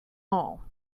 all